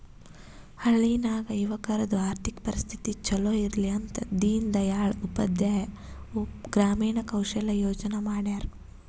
ಹಳ್ಳಿ ನಾಗ್ ಯುವಕರದು ಆರ್ಥಿಕ ಪರಿಸ್ಥಿತಿ ಛಲೋ ಇರ್ಲಿ ಅಂತ ದೀನ್ ದಯಾಳ್ ಉಪಾಧ್ಯಾಯ ಗ್ರಾಮೀಣ ಕೌಶಲ್ಯ ಯೋಜನಾ ಮಾಡ್ಯಾರ್